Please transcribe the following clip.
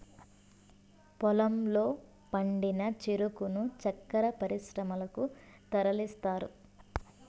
పొలంలో పండిన చెరుకును చక్కర పరిశ్రమలకు తరలిస్తారు